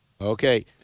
okay